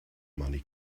money